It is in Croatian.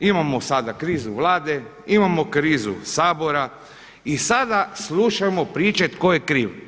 Imamo sada krizu Vlade, imamo krizu Sabora i sada slušamo priče tko je kriv.